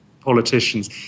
politicians